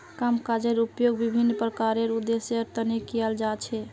कागजेर उपयोग विभिन्न प्रकारेर उद्देश्येर तने कियाल जा छे